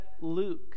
Luke